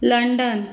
London